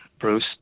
Bruce